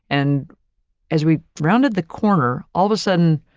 and as we rounded the corner, all of a sudden,